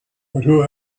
who